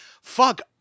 fuck